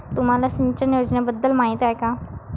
तुम्हाला सिंचन योजनेबद्दल माहिती आहे का?